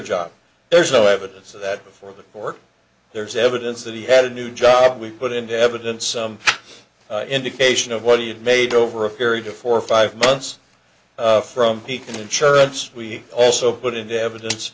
job there's no evidence of that before the court there's evidence that he had a new job we put into evidence some indication of what he had made over a period of four or five months from pekin insurance we also put into evidence